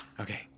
Okay